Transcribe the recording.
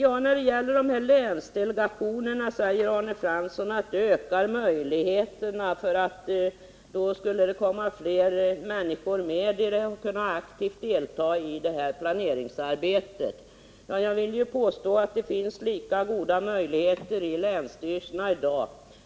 Om länsdelegationerna säger Arne Fransson att de ökar möjligheterna för fler människor att aktivt delta i planeringsarbetet. Jag vill påstå att det finns lika goda möjligheter för detta i länsstyrelserna i dag.